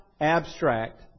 abstract